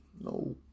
no